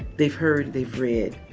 they've heard, they've read,